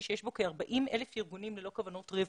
שיש בו כ-40,000 ארגונים ללא כוונות רווח.